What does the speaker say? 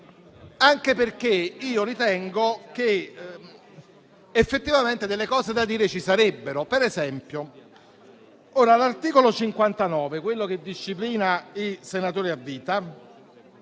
anche perché io ritengo che, effettivamente, cose da dire ci sarebbero. Per esempio, l'articolo 59, che disciplina i senatori a vita,